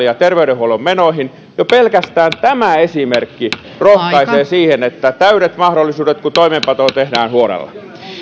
ja terveydenhuollon menoihin jo pelkästään tämä esimerkki rohkaisee siihen että on täydet mahdollisuudet kun toimeenpano tehdään huolella